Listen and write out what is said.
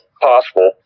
possible